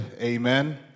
amen